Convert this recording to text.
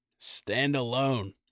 standalone